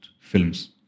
films